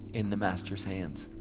in the master's hands